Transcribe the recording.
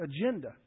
agenda